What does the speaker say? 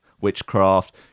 witchcraft